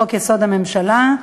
לחוק-יסוד: הממשלה,